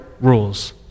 rules